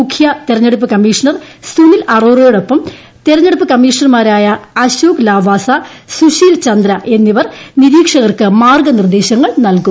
മുഖ്യ തിരഞ്ഞെടുപ്പ് കമ്മീഷണർ സുനിൽ അറോറയോടൊപ്പം തിരഞ്ഞെടുപ്പ് കമ്മീഷണർമാരായ അശോക് ലാവാസ സുശീൽ ചന്ദ്ര എന്നിവർ നിരീക്ഷകർക്ക് മാർഗനിർദ്ദേശങ്ങൾ നൽകും